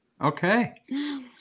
Okay